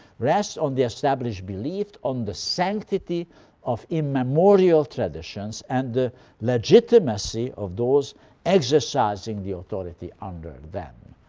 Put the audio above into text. rests on the established belief on the sanctity of immemorial traditions, and the legitimacy of those exercising the authority under them.